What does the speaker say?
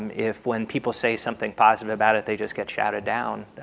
if when people say something positive about it they just get shouted down.